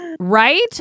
Right